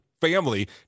family